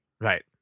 Right